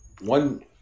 one